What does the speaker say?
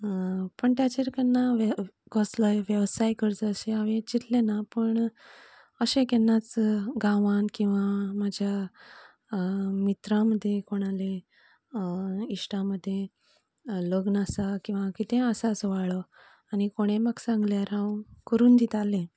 पूण ताचेर केन्ना हांवें कसलोय वेवसाय करचो असो अशें हांवेन चिंतले ना पूण अशें केन्नाच गांवांत किंवां म्हज्या मित्रां मदीं कोणाले इश्टां मदीं लग्न आसा किंवां कितें आसा सुवाळो आनीक कोणे म्हाका सांगल्यार हांव करून दिताले